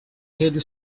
head